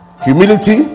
Humility